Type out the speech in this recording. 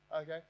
Okay